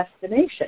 destination